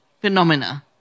phenomena